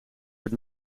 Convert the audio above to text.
werd